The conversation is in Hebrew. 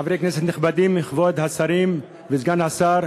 חברי כנסת נכבדים, כבוד השרים וסגן השר,